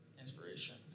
inspiration